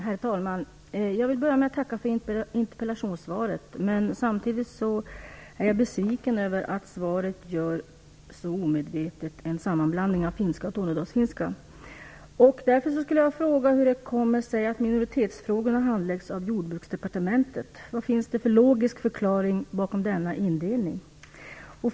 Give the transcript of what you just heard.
Herr talman! Jag vill börja med att tacka för interpellationssvaret, men samtidigt är jag besviken över att svaret så omedvetet gör en sammanblandning av finska och tornedalsfinska. Jag skulle därför vilja fråga hur det kommer sig att minoritetsfrågorna handläggs av Jordbruksdepartementet. Vad finns det för logisk förklaring till denna ordning?